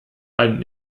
einen